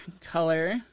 color